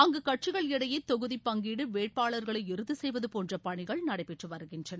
அங்கு கட்சிகள் இடையே தொகுதி பங்கீடு வேட்பாளர்களை இறுதி செய்வது போன்ற பணிகள் நடைபெற்று வருகின்றன